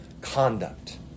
conduct